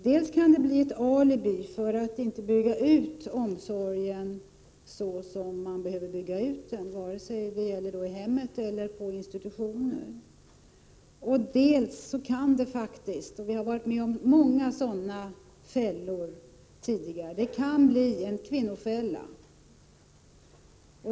Dels kan det alternativet bli ett alibi för att inte bygga ut omsorgen så som den behöver byggas ut, i hemmet eller på institutioner, dels kan den lösningen faktiskt — vi har varit med om många sådana fällor tidigare — bli en kvinnofälla.